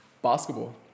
Basketball